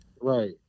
Right